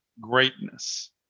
greatness